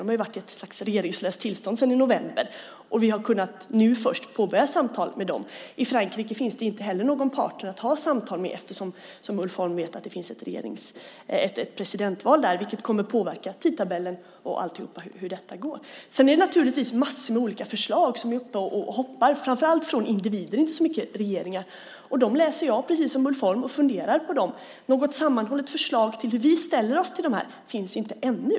Där har man ju varit i ett regeringslöst tillstånd sedan i november, och vi har först nu kunnat påbörja samtal med dem. I Frankrike finns det inte heller någon part att ha samtal med. Som Ulf Holm vet kommer ett presidentval där, vilket kommer att påverka tidtabellen och hur detta går. Det är naturligtvis massor med olika förslag som far runt, framför allt från individer - inte så mycket från regeringar. Dem läser jag och funderar på, precis som Ulf Holm. Något sammanhållet förslag till hur vi ställer oss till dessa finns inte ännu.